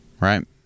right